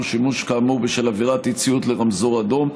שימוש כאמור בשל עבירת אי-ציות לרמזור אדום,